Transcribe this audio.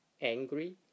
angry